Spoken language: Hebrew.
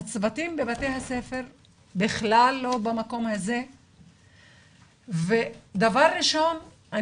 הצוותים בבתי הספר בכלל לא במקום הזה ודבר ראשון,